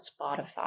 Spotify